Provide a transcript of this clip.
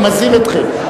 אני מזהיר אתכם.